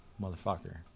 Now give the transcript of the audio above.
motherfucker